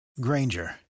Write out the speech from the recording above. Granger